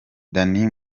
dan